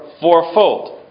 fourfold